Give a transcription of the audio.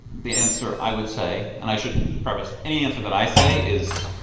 the answer i would say. and i should preface any answer that i say is.